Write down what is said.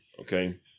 Okay